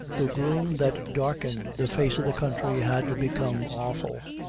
the gloom that darkened the face of the country had become awful,